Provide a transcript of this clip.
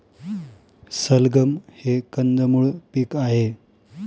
सलगम हे कंदमुळ पीक आहे